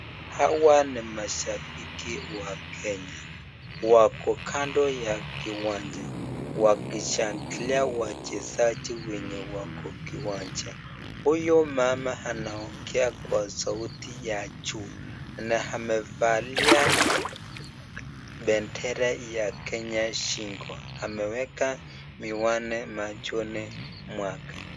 Hawa ni mashabiki wa Kenya. Wako kando ya kiwanja wakishangilia wachezaji wenye wako kiwanja . Huyu mama anaongea kwa sauti ya juu, na amevalia benderw ya Kenya shingo. Ameweka miwani machoni mwake.